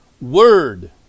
word